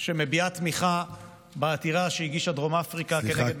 שמביעה תמיכה בעתירה שהגישה דרום אפריקה כנגד ישראל.